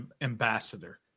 ambassador